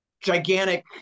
gigantic